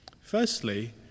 Firstly